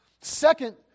Second